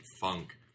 Funk